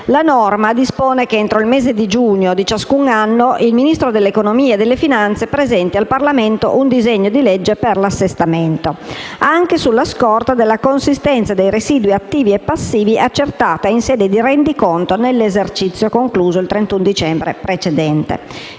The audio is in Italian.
La norma dispone che, entro il mese di giugno di ciascun anno, il Ministro dell'economia e delle finanze presenti al Parlamento un disegno di legge per l'assestamento, anche sulla scorta della consistenza dei residui attivi e passivi accertata in sede di rendiconto nell'esercizio concluso il 31 dicembre dell'anno